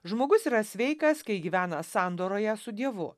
žmogus yra sveikas kai gyvena sandoroje su dievu